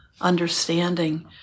understanding